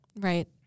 Right